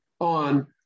on